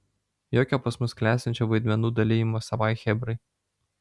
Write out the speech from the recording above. jokio pas mus klestinčio vaidmenų dalijimo savai chebrai